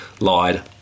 lied